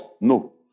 No